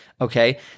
Okay